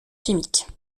chimique